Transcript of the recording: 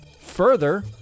Further